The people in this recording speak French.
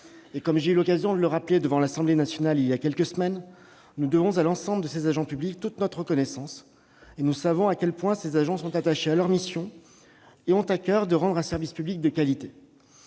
Comme j'ai eu l'occasion de le rappeler à l'Assemblée nationale il y a quelques semaines, nous devons à l'ensemble de ces agents publics toute notre reconnaissance. Nous savons à quel point ils sont attachés à leurs missions et ont à coeur de rendre un service public de qualité.